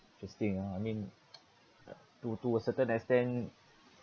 just think ah I mean to to a certain extent